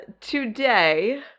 today